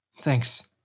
Thanks